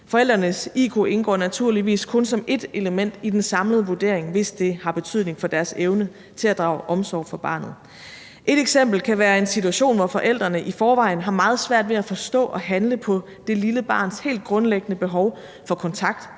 Forældrenes iq indgår naturligvis kun som et element i den samlede vurdering, hvis det har betydning for deres evne til at drage omsorg for barnet. Et eksempel kan være en situation, hvor forældrene i forvejen har meget svært ved at forstå og handle på det lille barns helt grundliggende behov for kontakt